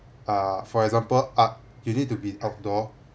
uh for example art you need to be outdoor